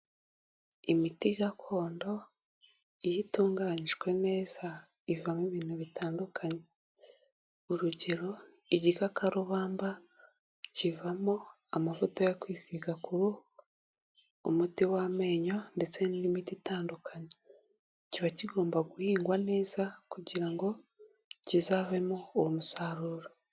Imiti gakondo iyo itunganyijwe neza ivamo ibintu bitandukanye, urugero igikakarubamba kivamo amavuta yo kwisiga ku ruhu, umuti w'amenyo ndetse n'indi miti itandukanye, kiba kigomba guhingwa neza kugira ngo kizavemo uwo musaruro.